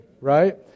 right